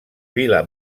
vila